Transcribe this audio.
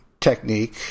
technique